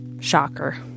Shocker